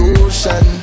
ocean